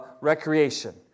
recreation